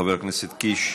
חבר הכנסת קיש.